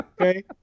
Okay